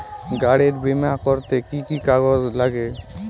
গাড়ীর বিমা করতে কি কি কাগজ লাগে?